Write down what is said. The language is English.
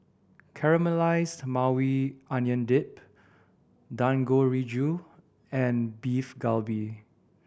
Caramelized Maui Onion Dip Dangojiru and Beef Galbi